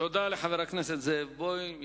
תודה לחבר הכנסת זאב בוים.